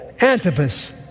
Antipas